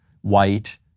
white